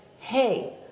Hey